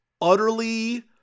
utterly